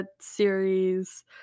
series